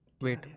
Wait